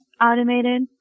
automated